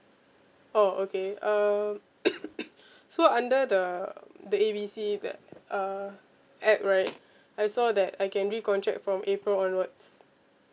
oh okay um so under the the A B C the uh app right I saw that I can re-contract from april onwards